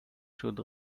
should